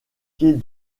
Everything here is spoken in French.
pieds